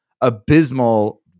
abysmal